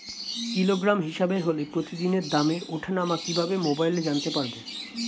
Kilogram হিসাবে হলে প্রতিদিনের দামের ওঠানামা কিভাবে মোবাইলে জানতে পারবো?